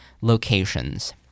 locations